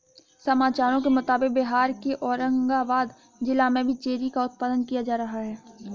समाचारों के मुताबिक बिहार के औरंगाबाद जिला में भी चेरी का उत्पादन किया जा रहा है